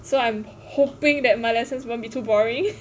so I'm hoping that my lessons won't be too boring